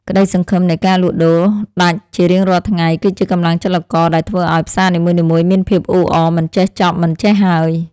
ក្តីសង្ឃឹមនៃការលក់ដូរដាច់ជារៀងរាល់ថ្ងៃគឺជាកម្លាំងចលករដែលធ្វើឱ្យផ្សារនីមួយៗមានភាពអ៊ូអរមិនចេះចប់មិនចេះហើយ។